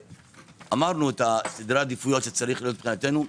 ואמרנו את סדרי העדיפויות שצריך להיות מבחינתנו.